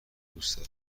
دوست